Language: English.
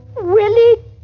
Willie